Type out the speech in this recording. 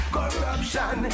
Corruption